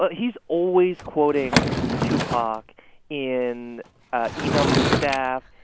but he's always quoting tupac in emails to his staff.